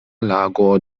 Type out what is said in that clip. lago